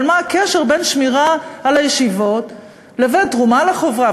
אבל מה הקשר בין שמירה על הישיבות לבין תרומה לחברה?